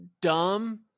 dumb